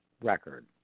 record